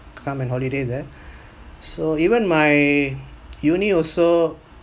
come and holiday there so even my uni also